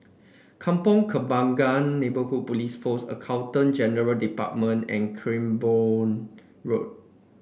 Kampong Kembangan Neighbourhood Police Post Accountant General Department and Cranborne Road